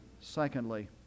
Secondly